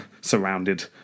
surrounded